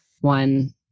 one